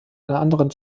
anderen